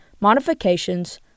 modifications